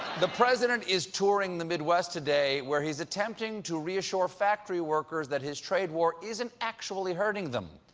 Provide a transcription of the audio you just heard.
the president is touring the midwest today, where he's attempting to reassure factory workers that his trade war isn't actually hurting them.